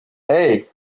hey